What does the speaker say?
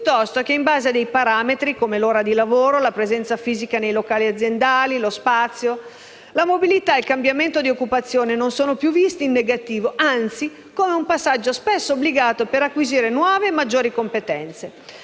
piuttosto che in base a parametri quali l'ora di lavoro, la presenza fisica nei locali aziendali, lo spazio. La mobilità e il cambiamento di occupazione sono più visti non in negativo, ma anzi come un passaggio spesso obbligato per acquisire nuove e maggiori competenze.